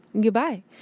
goodbye